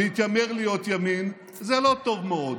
והתיימר להיות ימין זה לא טוב מאוד.